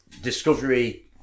Discovery